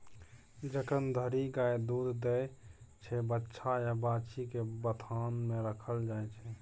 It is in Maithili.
जखन धरि गाय दुध दैत छै बछ्छा या बाछी केँ बथान मे राखल जाइ छै